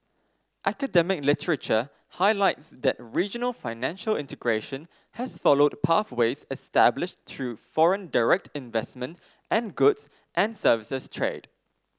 academic literature highlights that regional financial integration has followed pathways established through foreign direct investment and goods and services trade